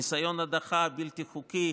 ניסיון הדחה בלתי חוקי.